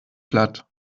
platt